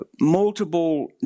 multiple